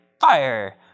fire